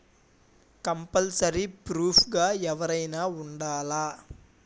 Compulsory proof గా ఎవరైనా ఉండాలా?